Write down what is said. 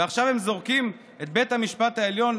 ועכשיו הם זורקים את בית המשפט העליון,